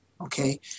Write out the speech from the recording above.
Okay